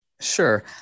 Sure